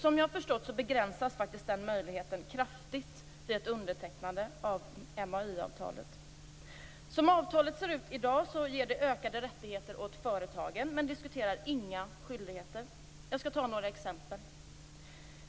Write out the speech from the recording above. Som jag har förstått det begränsas denna möjlighet kraftigt vid ett undertecknande av MAI-avtalet. Som avtalet ser ut i dag ger det ökade rättigheter åt företagen, men diskuterar inga skyldigheter. Jag skall ta några exempel.